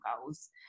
goals